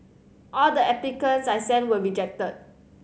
all the applications I sent were rejected